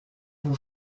vous